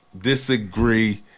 disagree